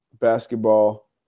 basketball